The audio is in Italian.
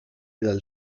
dal